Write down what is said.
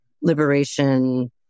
liberation